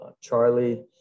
Charlie